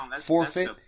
forfeit